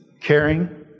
caring